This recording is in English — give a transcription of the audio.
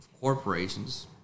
corporations